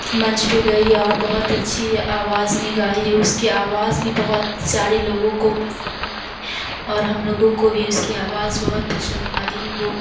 منچ پہ گئی اور بہت اچھی آواز میں گائی اس کی آواز بھی بہت ساڑے لوگوں کو پسند آئی اور ہم لوگوں کو بھی اس کی آواز بہت پشند آئی وہ